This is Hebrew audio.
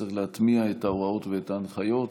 צריך להטמיע את ההוראות ואת ההנחיות.